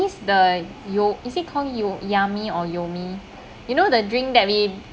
is the yo~ is it called yo~ yummy or Yomie you know the drink that we